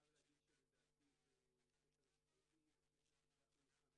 קודם כל אני רוצה להגיד תודה שמביאים אותנו לפה כל